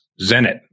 Zenit